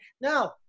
no